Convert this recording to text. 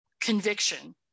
conviction